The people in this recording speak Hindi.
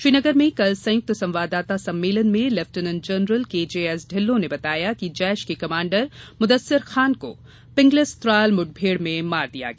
श्रीनगर में कल संयुक्त संवाददाता सम्मेलन में lieutenant general KJ S Dhillon ने बताया कि जैश के कमांडर मुदस्सिर खान को पिंगलिस त्राल मुठभेड़ में मार दिया गया